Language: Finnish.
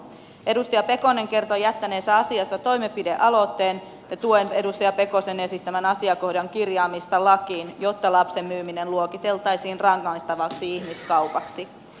edustaja pekonen kertoi jättäneensä asiasta toimenpidealoitteen ja tuen edustaja pekosen esittämän asiakohdan kirjaamista lakiin jotta lapsen myyminen luokiteltaisiin rangaistavaksi ihmiskaupaksi